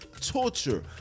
torture